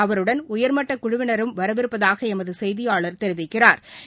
அவருடன் உயர்மட்டக் குழுவினரும் வரவிருப்பதாக எமது செய்தியாளா் தெரிவிக்கிறாா்